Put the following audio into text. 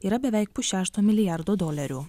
yra beveik pusšešto milijardo dolerių